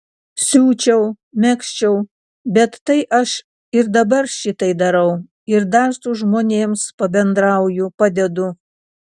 siūčiau megzčiau bet tai aš ir dabar šitai darau ir dar su žmonėms pabendrauju padedu